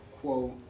quote